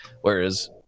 Whereas